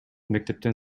мектептен